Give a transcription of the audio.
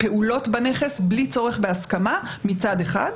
פעולות בנכס בלי צורך בהסכמה, מצד אחד.